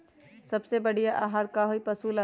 सबसे बढ़िया आहार का होई पशु ला?